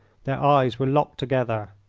their eyes were locked together.